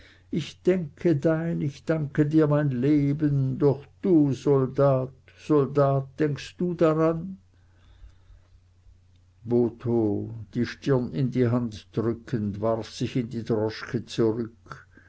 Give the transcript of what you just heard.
ich denke dran ich danke dir mein leben doch du soldat soldat denkst du daran botho die stirn in die hand drückend warf sich in die droschke zurück